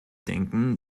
denken